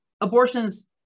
abortions